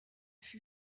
fut